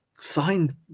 Signed